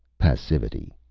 passivity.